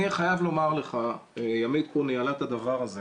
אני חייב לומר לך, ימית פה ניהלה את הדבר הזה.